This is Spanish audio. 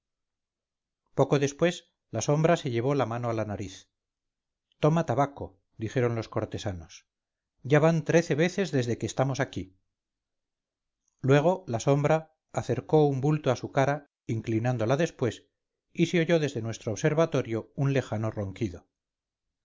poco después la sombra se llevó la mano a la nariz toma tabaco dijeron los cortesanos ya van trece veces desde que estamos aquí luego la sombra acercó un bulto a su cara inclinándola después y se oyó desde nuestro observatorio un lejano ronquido